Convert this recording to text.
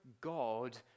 God